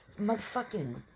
Motherfucking